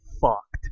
fucked